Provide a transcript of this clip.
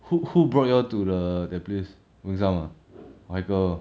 who who brought you all to the that place winston ah